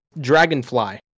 dragonfly